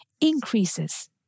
increases